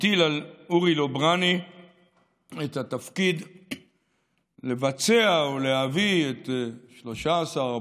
אורי לוברני את התפקיד לבצע ולהביא את 13,000 או